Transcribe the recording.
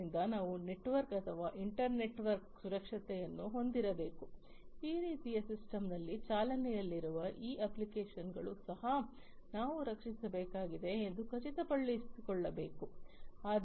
ಆದ್ದರಿಂದ ನಾವು ನೆಟ್ವರ್ಕ್ ಅಥವಾ ಇಂಟರ್ ನೆಟ್ವರ್ಕ್ ಸುರಕ್ಷತೆಯನ್ನು ಹೊಂದಿರಬೇಕು ಈ ರೀತಿಯ ಸಿಸ್ಟಂನಲ್ಲಿ ಚಾಲನೆಯಲ್ಲಿರುವ ಈ ಅಪ್ಲಿಕೇಶನ್ಗಳು ಸಹ ನಾವು ರಕ್ಷಿಸಬೇಕಾಗಿದೆ ಎಂದು ಖಚಿತಪಡಿಸಿಕೊಳ್ಳಬೇಕು